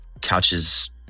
couches